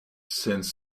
since